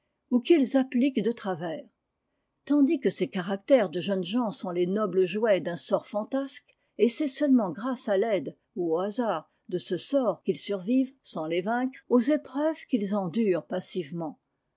qu'ils appliquent de travers tandis que ses caractères de jeunes gens sont les nobles jouets d'un sort fantasque et c'est seulement grâce à l'aide ou aux hasards de ce sort qu'ils survivent sans les vaincre aux épreuves qu'ils endurent passivement